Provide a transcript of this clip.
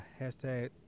hashtag